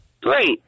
Great